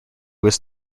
was